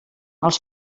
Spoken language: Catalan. els